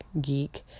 geek